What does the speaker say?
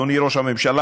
אדוני ראש הממשלה,